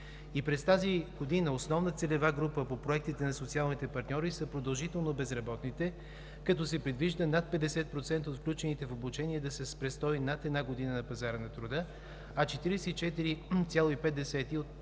И през тази година основна целева група по проектите на социалните партньори са продължително безработните, като се предвижда над 50% от включените в обучение да са с престой над една година на пазара на труда, а 44,5% от